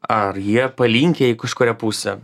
ar jie palinkę į kažkurią pusę